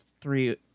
three